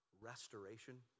restoration